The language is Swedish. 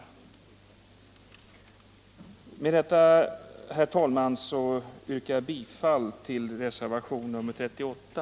Med detta, herr talman, yrkar jag bifall till reservationen 38.